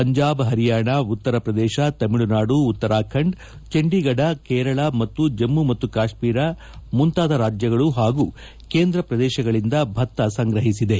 ಪಂಜಾಬ್ ಹರಿಯಾಣ ಉತ್ತರ ಪ್ರದೇಶ ತಮಿಳುನಾದು ಉತ್ತರಾಖಂಡ ಚಂಡೀಗಢ ಕೇರಳ ಮತ್ತು ಜಮ್ಮು ಮತ್ತು ಕಾಶ್ಮೀರ ಮುಂತಾದ ರಾಜ್ಯಗಳು ಮತ್ತು ಕೇಂದ್ರ ಪ್ರದೇಶಗಳಿಂದ ಭತ್ತ ಸಂಗ್ರಹಿಸಿದೆ